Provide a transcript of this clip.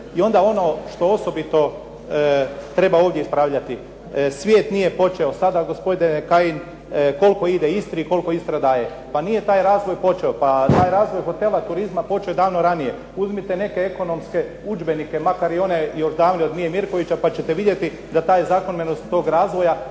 I onda ono što osobito treba ovdje ispravljati, svijet nije počeo sada, gospodine Kajin, koliko ide Istri i koliko Istra daje. Pa nije taj razvoj počeo, pa taj razvoj hotela, turizma počeo je davno ranije. Uzmite neke ekonomske udžbenike, makar i one … /Govornik se ne razumije./… pa ćete vidjeti da … /Govornik se ne